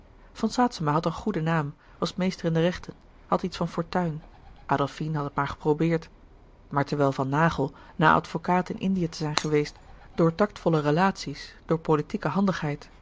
van saetzema had een goeden naam was meester in de rechten had iets van fortuin adolfine had het maar geprobeerd maar terwijl van naghel na advocaat in indië te zijn geweest door tactvolle relatie's door politieke handigheid